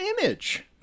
Image